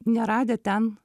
neradę ten